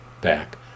back